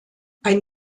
ein